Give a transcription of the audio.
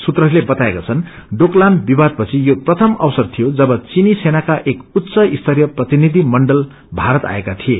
सूत्रहरूले बताएका छन् डोकलाम विवादपछि यो प्रथम अवसर थियो जब चीनी सेनाका एक उच्च स्तरीय प्रतिनिधिमण्डल भारत आएका थिए